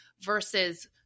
versus